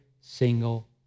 single